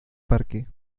parque